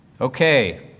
Okay